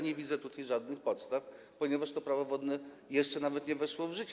Nie widzę tutaj żadnych podstaw, ponieważ to Prawo wodne jeszcze nawet nie weszło w życie.